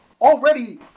already